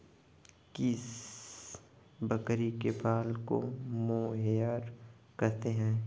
किस बकरी के बाल को मोहेयर कहते हैं?